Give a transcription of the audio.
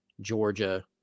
Georgia